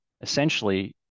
essentially